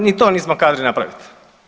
Ni to nismo kadri napraviti.